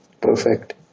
Perfect